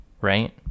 right